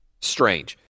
Strange